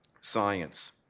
science